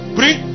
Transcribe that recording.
bring